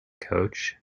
coach